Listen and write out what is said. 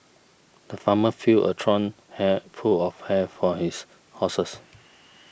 the farmer filled a trough hay full of hay for his horses